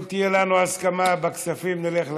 אם תהיה לנו הסכמה לכספים, נלך לכספים.